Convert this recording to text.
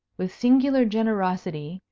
with singular generosity,